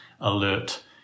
alert